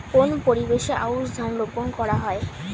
কোন পরিবেশে আউশ ধান রোপন করা হয়?